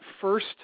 first